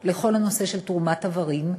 לכל הנושא של תרומת איברים,